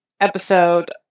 episode